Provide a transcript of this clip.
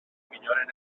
milloren